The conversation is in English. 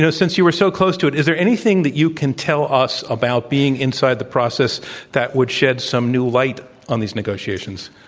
since you were so close to it, is there anything that you can tell us about being inside the process that would shed some new light on these negotiations?